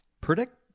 predict